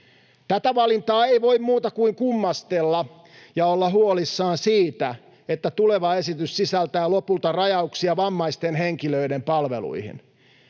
Tätä valintaa ei voi muuta kuin kummastella ja olla huolissaan siitä, että tuleva esitys sisältää lopulta rajauksia vammaisten henkilöiden palveluihin.